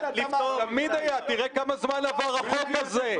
תראה לפני כמה זמן עבר החוק הזה.